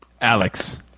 Alex